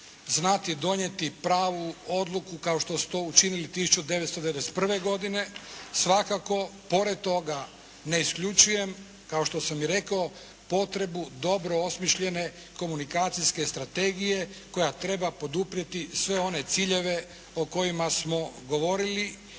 znati donijeti pravu odluku kao što su to učinili 1991. godine. Svakako pored toga ne isključujem kao što sam i rekao potrebu dobro osmišljene komunikacijske strategije koja treba poduprijeti sve one ciljeve o kojima smo govorili